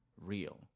real